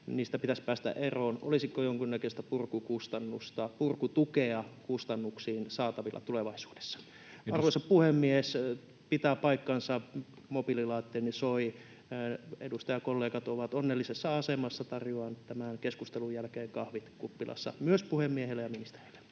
niistä pitäisi päästä eroon. Olisiko jonkunnäköistä purkutukea kustannuksiin saatavilla tulevaisuudessa? Arvoisa puhemies! Pitää paikkansa, mobiililaitteeni soi. Edustajakollegat ovat onnellisessa asemassa. Tarjoan tämän keskustelun jälkeen kahvit kuppilassa, myös puhemiehelle ja ministerille.